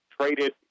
traded